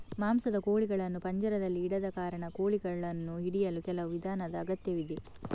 ಮಾಂಸದ ಕೋಳಿಗಳನ್ನು ಪಂಜರದಲ್ಲಿ ಇಡದ ಕಾರಣ, ಕೋಳಿಗಳನ್ನು ಹಿಡಿಯಲು ಕೆಲವು ವಿಧಾನದ ಅಗತ್ಯವಿದೆ